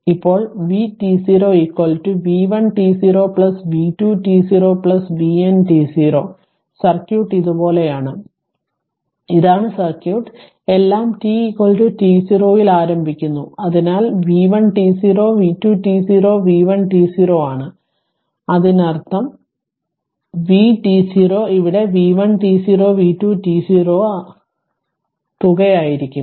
ഇപ്പോൾ vt0 v1 t0 v2 t0 vn t0 circuit ഇതുപോലെയാണ് ഇതാണ് സർക്യൂട്ട് എല്ലാം t t0 ൽ ആരംഭിക്കുന്നു അത് v1 t0 v2 t0 v1 t0 ആണ് അതിനർത്ഥംvt0 ഇവിടെv1 t0 v2 t0 തുക ആയിരിക്കും